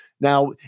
Now